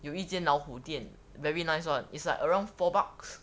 有一间老虎店 very nice [one] it's like around four bucks